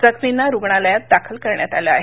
जखमींना रुग्णालयात दाखल करण्यात आलं आहे